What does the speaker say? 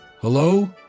Hello